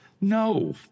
No